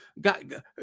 God